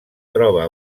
troba